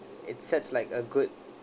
it sets like a good